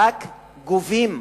רק גובים.